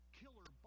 killer